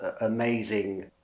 amazing